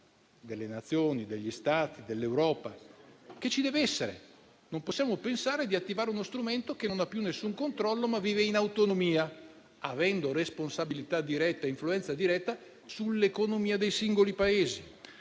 un controllo degli Stati dell'Europa che ci deve essere. Non possiamo pensare di attivare uno strumento che non ha più nessun controllo, ma vive in autonomia, avendo responsabilità diretta e influenza diretta sull'economia dei singoli Paesi.